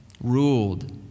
ruled